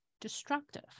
destructive